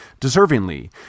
deservingly